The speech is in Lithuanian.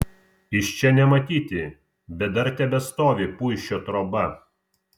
iš čia nematyti bet dar tebestovi puišio troba